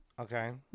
Okay